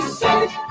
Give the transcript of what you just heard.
safe